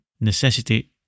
Necessity